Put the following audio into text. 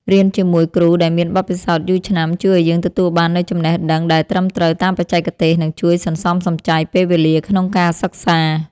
រៀនជាមួយគ្រូដែលមានបទពិសោធន៍យូរឆ្នាំជួយឱ្យយើងទទួលបាននូវចំណេះដឹងដែលត្រឹមត្រូវតាមបច្ចេកទេស និងជួយសន្សំសំចៃពេលវេលាក្នុងការសិក្សា។